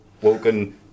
Woken